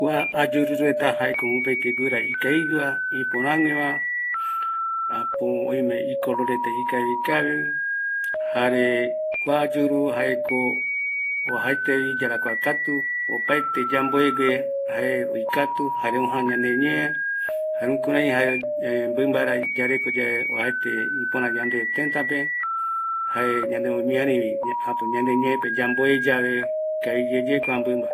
Kua ayuru reta jaeko mopetï guira ikavigueva, iporagueva, apoo oime i color reta ikavi kavi, kua ayuru jaeko oajaete yarakua katu, opaete yamboegue jae oikatu, jare ojaa ñaneñee, jukurai mɨmbara yareko yave oajaete ipörä teta pe, jae ñanemomiarïvi ñeepe yamboe yave